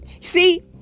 See